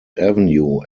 avenue